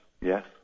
yes